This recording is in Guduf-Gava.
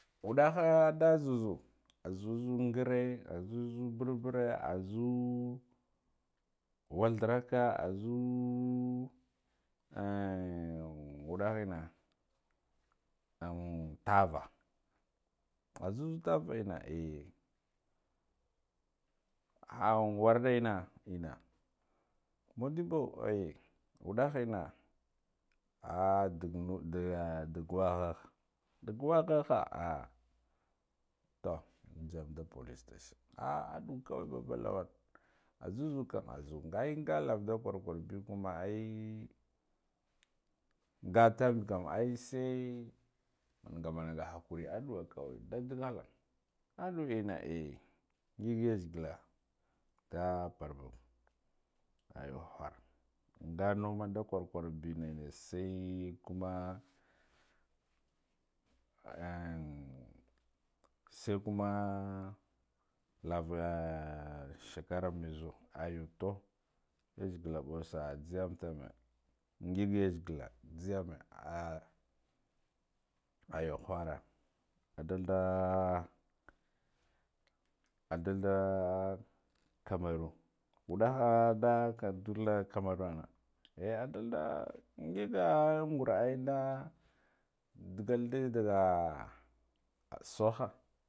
Wuddahe nda zuzu azuzu ngiri aszuzu barbure azu watheraka azuu wuddahe enna tavah azuzu tava enna eh, warodda enna kha wordda enna enna mudebbo eh waddah enna ah duk duk wokha duk wakha kha ah, to nziyam da police station ah duwa kawai baba lawan azuza kam aza ai ngalava nah kwar kwar be kuma ai nga time kam ai sai manga manga hakuri adumai kawai nda ndalakha, adu enna eh ngig yaze gala nda barbag ayu khara nga numa nda kwori kwar benane sai kuma soi kuma lava shakara maizuwa ayu tuh yazegala baw sa'a nzegam tame ngig yazegala nzeyame oh aye khara adalda, adalda kameroon wuddaha nda kadulla kamerrona eh adalda ngiga ngura aina da gakde ndaga ah saha.